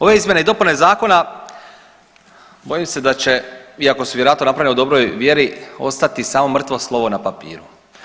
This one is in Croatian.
Ove izmjene i dopune zakona bojim se da će iako su vjerojatno napravljene u dobroj vjeri ostati samo mrtvo slovo na papiru.